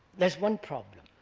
that's one problem